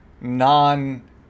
non